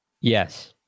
Yes